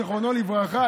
זיכרונו לברכה,